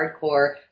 Hardcore